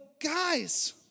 guys